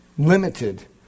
limited